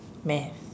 math